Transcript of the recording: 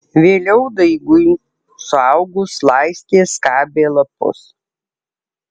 vėliau daigui suaugus laistė skabė lapus